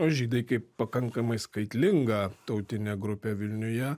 o žydai kaip pakankamai skaitlinga tautinė grupė vilniuje